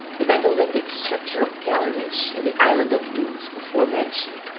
the megalithic structure of callernish, in the island of lewis before mentioned,